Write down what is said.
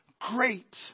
great